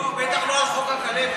לא, בטח לא על חוק הכלבת.